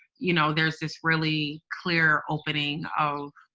you know, there's this really clear opening of,